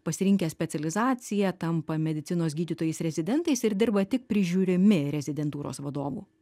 pasirinkę specializaciją tampa medicinos gydytojais rezidentais ir dirba tik prižiūrimi rezidentūros vadovų